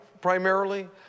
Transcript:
primarily